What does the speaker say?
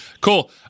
Cool